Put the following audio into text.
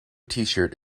tshirt